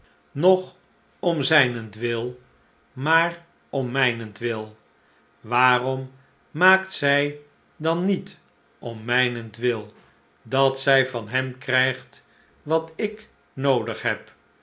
noch om zijnentwil maar om mijnentwil waarom maakt zij dan niet om mijnentwil dat zij van hem krijgt wat ik noodig heb